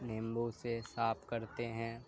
نمبو سے صاف کرتے ہیں